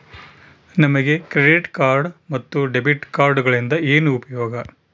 ನಮಗೆ credit card ಮತ್ತು debit ಕಾರ್ಡುಗಳಿಂದ ಏನು ಉಪಯೋಗ?